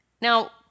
Now